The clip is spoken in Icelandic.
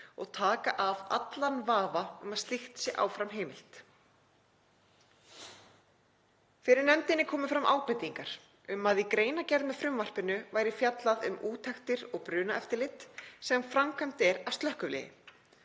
og taka af allan vafa um að slíkt sé áfram heimilt. Fyrir nefndinni komu fram ábendingar um að í greinargerð með frumvarpinu væri fjallað um úttektir og brunaeftirlit sem framkvæmt er af slökkviliði.